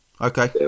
Okay